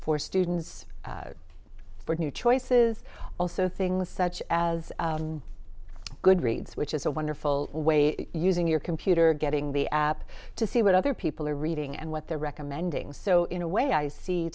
for students for new choices also things such as good reads which is a wonderful way using your computer getting the app to see what other people are reading and what they're recommending so in a way i see